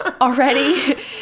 already